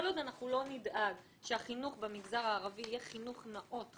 כל עוד אנחנו לא נדאג שהחינוך במגזר הערבי יהיה חינוך נאות,